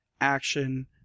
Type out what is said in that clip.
action